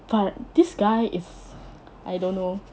but this guy is I don't know